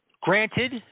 Granted